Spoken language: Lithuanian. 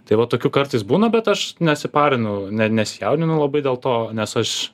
tai va tokių kartais būna bet aš nesiparinu ne nesijaudinau labai dėl to nes aš